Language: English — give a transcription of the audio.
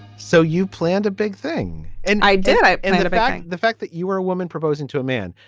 so you planned a big thing and i did. i ended up marrying the fact that you were a woman proposing to a man.